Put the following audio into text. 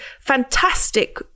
fantastic